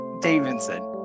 Davidson